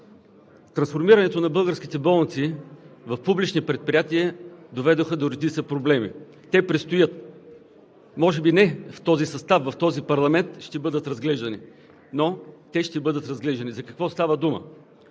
Трансформирането на българските болници в публични предприятия доведоха до редица проблеми. Те предстоят, може би не в този състав и в този парламент ще бъдат разглеждани, но те ще бъдат разглеждани. За какво става дума?